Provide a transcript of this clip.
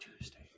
Tuesday